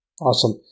Awesome